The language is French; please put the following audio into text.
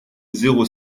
zéro